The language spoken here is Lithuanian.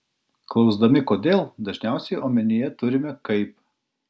klausdami kodėl dažniausiai omenyje turime kaip